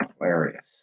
Hilarious